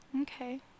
Okay